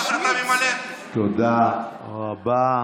חוקי באופן כזה וזה לא לגיטימי.